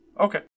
Okay